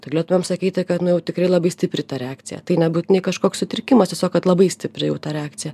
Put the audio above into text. tai galėtumėm sakyti kad nu jau tikrai labai stipri ta reakcija tai nebūtinai kažkoks sutrikimas tiesiog kad labai stipri jau ta reakcija